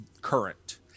current